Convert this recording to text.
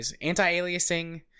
anti-aliasing